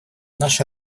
наша